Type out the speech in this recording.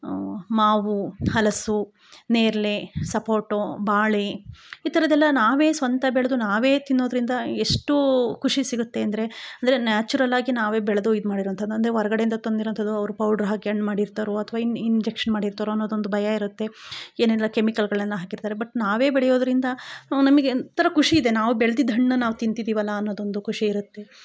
ಮಾವು ಹಲಸು ನೇರಳೆ ಸಪೋಟೊ ಬಾಳೆ ಈಥರದೆಲ್ಲ ನಾವೇ ಸ್ವಂತ ಬೆಲೆದು ನಾವೇ ತಿನ್ನೋದರಿಂದ ಎಷ್ಟೋ ಖುಷಿ ಸಿಗುತ್ತೆ ಅಂದರೆ ಅಂದರೆ ನ್ಯಾಚುರಲಾಗಿ ನಾವೇ ಬೆಳೆದು ಇದು ಮಾಡಿರೋವಂಥದ್ದು ಅಂದರೆ ಹೊರ್ಗಡೆಯಿಂದ ತಂದಿರೋವಂಥದು ಅವ್ರು ಪೌಡ್ರು ಹಾಕಿ ಹಣ್ಣು ಮಾಡಿರ್ತಾರೊ ಅಥ್ವ ಇನ್ನು ಇಂಜೆಕ್ಷನ್ ಮಾಡಿರ್ತಾರೊ ಅನ್ನೋದೊಂದು ಭಯ ಇರುತ್ತೆ ಏನೆಲ್ಲ ಕೆಮಿಕಲ್ಗಳನ್ನು ಹಾಕಿರ್ತಾರೆ ಬಟ್ಟು ನಾವೇ ಬೆಳೆಯೋದರಿಂದ ನಮಗೆ ಒಂಥರ ಖುಷಿಯಿದೆ ನಾವು ಬೆಳ್ದಿದ್ದು ಹಣ್ಣು ನಾವು ತಿಂತಿದಿವಲ್ಲ ಅನ್ನೊದೊಂದು ಖುಷಿಯಿರತ್ತೆ